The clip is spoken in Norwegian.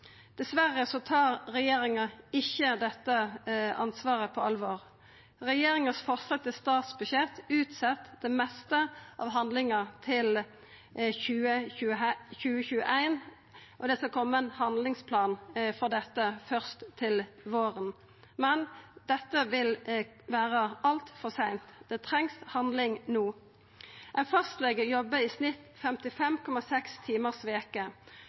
Dessverre tar ikkje regjeringa dette ansvaret på alvor. Regjeringa sitt forslag til statsbudsjett utset det meste av handlinga til 2021. Det skal koma ein handlingsplan for dette først til våren, men det vil vera altfor seint, det trengst handling no. Ein fastlege jobbar i snitt 55,6 timars veke.